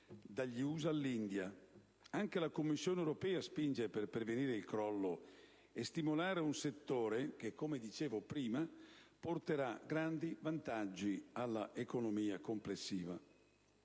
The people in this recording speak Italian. dagli USA all'India. Anche la Commissione europea spinge per prevenire il crollo e stimolare un settore che - come dicevo prima - porterà grandi vantaggi all'economia complessiva.